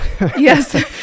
yes